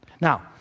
now